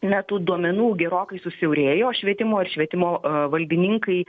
na tų duomenų gerokai susiaurėjo švietimo ir švietimo valdininkai